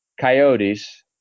Coyotes